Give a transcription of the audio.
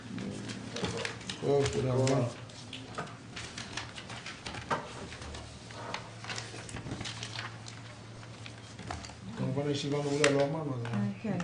14:52.